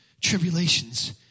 tribulations